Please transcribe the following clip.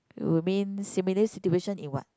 you mean similar situation in what